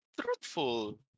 truthful